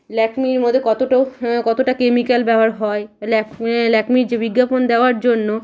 ল্যাকমির মধ্যে কতোটো কতোটা কেমিক্যাল ব্যবহার হয় ল্যাকমে ল্যাকমির যে বিজ্ঞাপন দেওয়ার জন্য